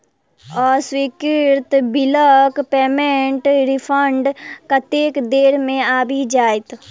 अस्वीकृत बिलक पेमेन्टक रिफन्ड कतेक देर मे आबि जाइत?